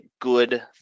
good